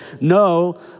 no